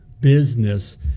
business